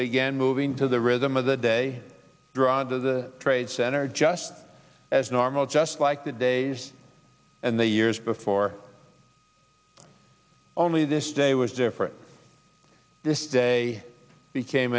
began moving to the rhythm of the day drawn to the trade center just as normal just like the days and the years before only this day was different this day became